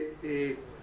רחב